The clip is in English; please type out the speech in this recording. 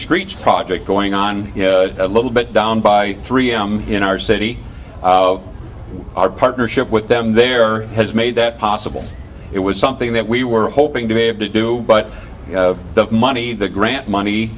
screech project going on a little bit down by three m in our city our partnership with them there has made that possible it was something that we were hoping to have to do but the money the grant money